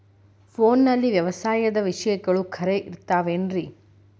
ಫೋನಲ್ಲಿ ವ್ಯವಸಾಯದ ವಿಷಯಗಳು ಖರೇ ಇರತಾವ್ ರೇ?